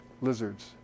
lizards